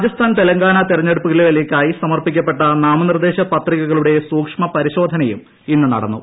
രാജസ്ഥാൻ തെലങ്കാന തെരഞ്ഞെടുപ്പുകളിലേക്കായി സമർപ്പിക്കപ്പെട്ട നാമനിർദ്ദേശ പത്രികകളുടെ സൂക്ഷ്മ പരിശോധനയും ഇന്ന് നടന്നു